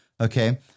Okay